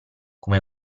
come